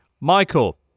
Michael